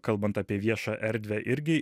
kalbant apie viešą erdvę irgi